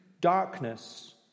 Darkness